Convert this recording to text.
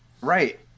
Right